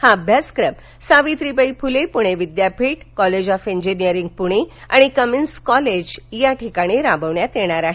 हा अभ्यासक्रम सावित्रीबाई फुले पूणे विद्यापीठ कॉलेज ऑफ इंजीनियरिंग पूणे आणि कमिन्स कॉलेज या ठिकाणी राबवण्यात येणार आहे